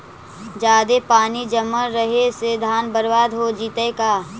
जादे पानी जमल रहे से धान बर्बाद हो जितै का?